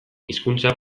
hizkuntza